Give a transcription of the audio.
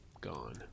gone